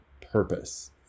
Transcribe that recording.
purpose